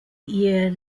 year